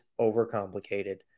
overcomplicated